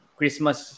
Christmas